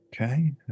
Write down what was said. okay